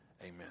Amen